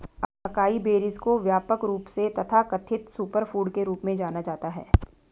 acai berries को व्यापक रूप से तथाकथित सुपरफूड के रूप में जाना जाता है